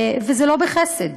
זה לא בחסד,